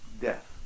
death